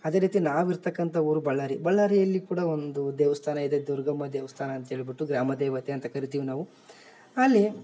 ಅದೇ ರೀತಿ ನಾವು ಇರ್ತಕ್ಕಂಥ ಊರು ಬಳ್ಳಾರಿ ಬಳ್ಳಾರಿಯಲ್ಲಿ ಕೂಡ ಒಂದು ದೇವಸ್ಥಾನ ಇದೆ ದುರ್ಗಮ್ಮ ದೇವಸ್ಥಾನ ಅಂತ್ಹೇಳಿಬಿಟ್ಟು ಗ್ರಾಮದೇವತೆಯಂತ ಕರಿತೀವಿ ನಾವು ಅಲ್ಲಿ